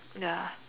ya